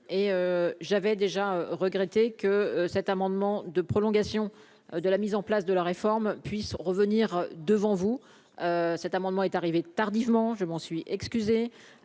j'avais déjà regretter que cet amendement de prolongation de la mise en place de la réforme puisse revenir devant vous, cet amendement est arrivé tardivement, je m'en suis excusée,